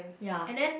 ya